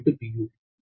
u சரி